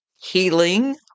healing